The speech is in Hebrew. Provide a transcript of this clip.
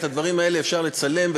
את הדברים האלה אפשר לצלם,